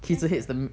nice not